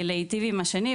להיטיב עם השני,